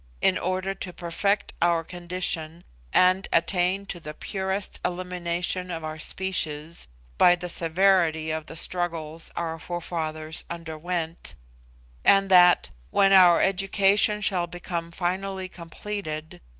in order to perfect our condition and attain to the purest elimination of our species by the severity of the struggles our forefathers underwent and that, when our education shall become finally completed,